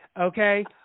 Okay